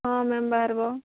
ହଁ ମ୍ୟାମ୍ ବାହାରିବ